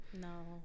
No